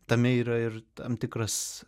tame yra ir tam tikras